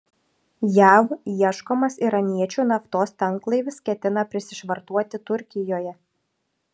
jav ieškomas iraniečių naftos tanklaivis ketina prisišvartuoti turkijoje